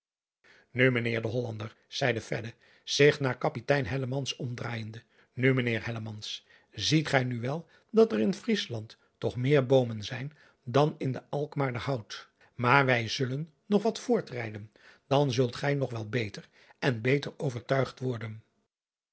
u ijnheer de ollander zeide zich naar apitein omdraaijende nu ijnheer ziet gij nu wel dat er in riesland toch meer boomen zijn dan in den lkmaarder out maar wij zullen nog wat voortrijden dan zult gij nog wel beter en beter overtuigd worden